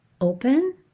open